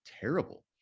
terrible